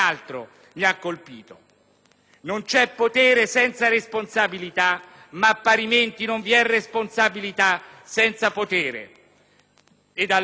«Non c'è potere senza responsabilità, ma parimenti non vi è responsabilità senza potere».